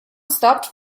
stopped